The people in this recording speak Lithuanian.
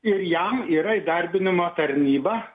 ir jam yra įdarbinimo tarnyba